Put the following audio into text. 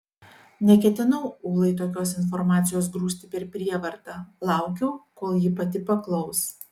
neketinau ulai tokios informacijos grūsti per prievartą laukiau kol ji pati paklaus